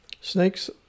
Snakes